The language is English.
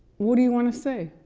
what do you wanna see?